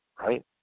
right